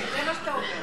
כן, זה מה שאתה אומר.